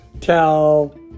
tell